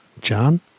John